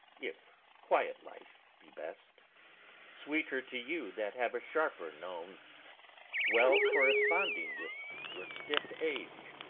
if quiet life be best sweeter to you that have a sharper known well corresponding with your stiff age.